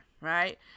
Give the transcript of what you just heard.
right